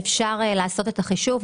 אפשר לעשות את החישוב.